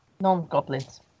non-goblins